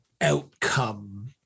outcome